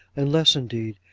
unless, indeed,